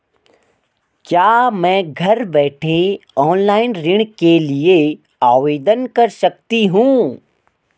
क्या मैं घर बैठे ऑनलाइन ऋण के लिए आवेदन कर सकती हूँ?